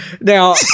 now